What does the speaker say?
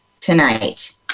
tonight